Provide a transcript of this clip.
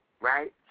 Right